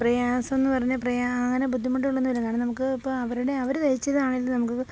പ്രയാസമെന്നു പറഞ്ഞാല് അങ്ങനെ ബുദ്ധിമുട്ടുകളൊന്നും ഇല്ല കാരണം നമുക്ക് ഇപ്പോള് അവരുടെ അവര് തയ്ച്ചതാണേലും നമുക്ക്